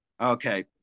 okay